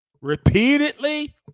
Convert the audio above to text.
repeatedly